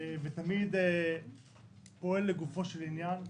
ותמיד פועל לגופו של עניין.